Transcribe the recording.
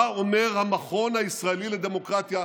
מה אומר המכון הישראלי לדמוקרטיה,